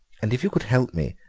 and if you could help me